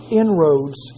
inroads